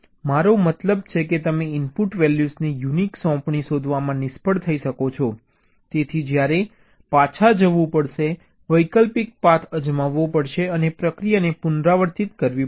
મારો મતલબ છે કે તમે ઇનપુટ વેલ્યૂઝની યુનીક સોંપણી શોધવામાં નિષ્ફળ થઈ શકો છો તેથી તમારે પાછા જવું પડશે વૈકલ્પિક પાથ અજમાવવો પડશે અને પ્રક્રિયાને પુનરાવર્તિત કરવી પડશે